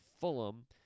Fulham